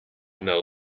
know